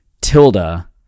Tilda